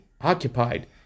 occupied